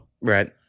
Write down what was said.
Right